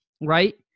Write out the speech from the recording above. right